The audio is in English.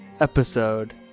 episode